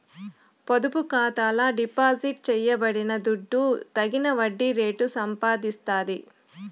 పొదుపు ఖాతాల డిపాజిట్ చేయబడిన దుడ్డు తగిన వడ్డీ రేటు సంపాదిస్తాది